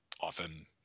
often